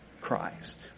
Christ